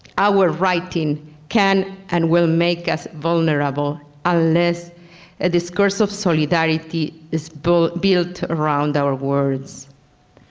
our writing can and will make us vulnerable unless a discourse of solidarity is built built around our words.